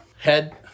Head